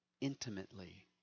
intimately